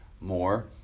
more